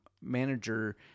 manager